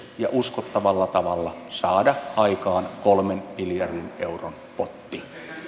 ja uskottavalla tavalla on edellytykset saada aikaan kolmen miljardin euron potti